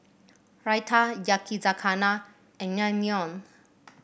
Raita Yakizakana and Naengmyeon